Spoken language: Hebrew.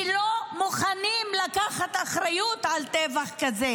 שלא מוכנים לקחת אחריות על טבח כזה,